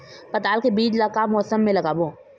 पताल के बीज ला का मौसम मे लगाबो?